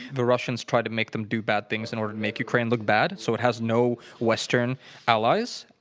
the russians tried to make them do bad things in order to make ukraine look bad, so it has no western allies,